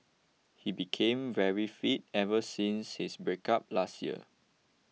he became very fit ever since his breakup last year